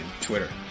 Twitter